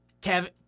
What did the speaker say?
Kevin